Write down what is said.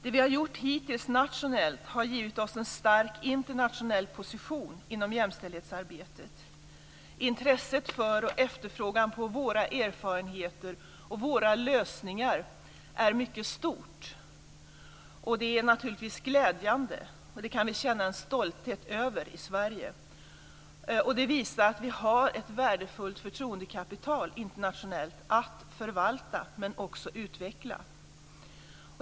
Det vi har gjort hittills nationellt har givit oss en stark internationell position inom jämställdhetsarbetet. Intresset för och efterfrågan på våra erfarenheter och våra lösningar är mycket stort. Det är naturligtvis glädjande och det kan vi i Sverige känna stolthet över. Det visar att vi har ett värdefullt förtroendekapital internationellt att förvalta men också att utveckla.